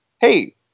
Hey